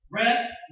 rest